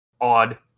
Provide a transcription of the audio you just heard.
Odd